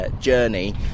journey